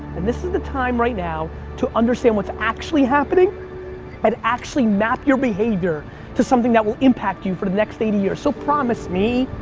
this is the time right now to understand what is actually happening and actually map your behavior to something that will impact you for the next eighty years so promise me,